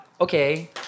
Okay